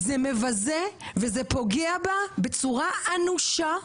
זה מבזה וזה פוגע בה בצורה אנושה.